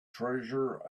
treasure